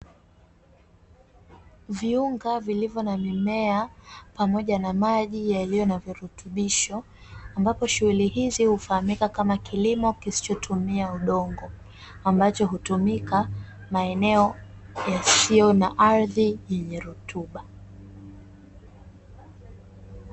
Viunga vilivyo na mimea, pamoja na maji yaliyo na virutubisho, ambapo shughuli hizi hufahamika kama kilimo kisicho tumia udongo, ambacho hutumika maeneo yasiyo na ardhi yenye rutuba.